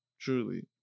truly